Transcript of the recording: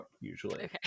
usually